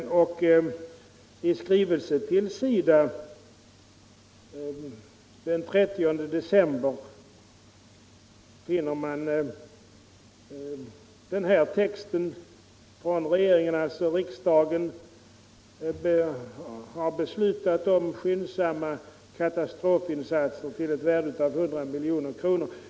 I en skrivelse från regeringen till SIDA den 30 december står att riksdagen har beslutat ”om skyndsamma katastrofinsatser till ett värde av 100 milj.kr.”.